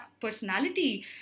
personality